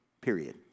period